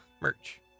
Merch